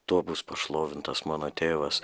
tuo bus pašlovintas mano tėvas